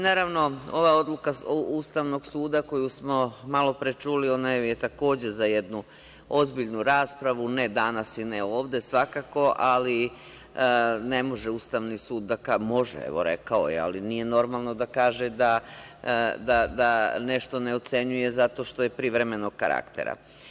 Naravno, ova odluka Ustavnog suda koju smo malopre čuli, ona je takođe za jednu ozbiljnu raspravu, ne danas i ne ovde svakako, ali ne može Ustavni sud, može evo rekao je, ali nije normalno da kaže da nešto ne ocenjuje zato što je privremenog karaktera.